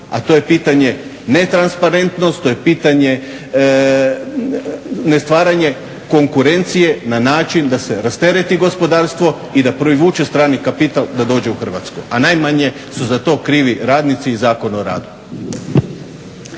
a to je pitanje netransparentnosti, to je pitanje ne stvaranje konkurencije na način da se rastereti gospodarstvo i da privuče strani kapital da dođe u Hrvatsku, a najmanje su za to krivi radnici i Zakon o radu.